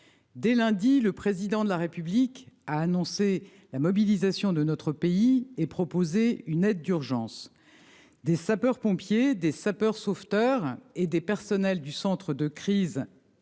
Dès lundi, le Président de la République a annoncé la mobilisation de notre pays et proposé une aide d'urgence. Des sapeurs-pompiers, des sapeurs-sauveteurs et des personnels du centre de crise